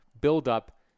buildup